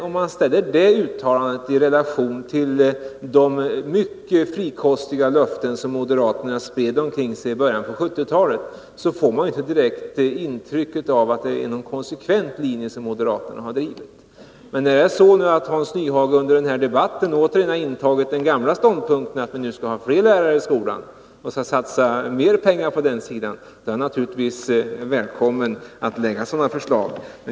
Om man ställer det uttalandet i relation till de mycket frikostiga löften som moderaterna spred omkring sig i början av 1970-talet får man inte direkt intrycket att det är någon konsekvent linje som moderaterna drivit. När jag märkte att Hans Nyhage under den här debatten återigen har intagit den gamla ståndpunkten att vi nu skall ha fler lärare i skolan och satsa mer pengar på den sidan vill jag naturligtvis hälsa honom välkommen att lägga fram sådana förslag.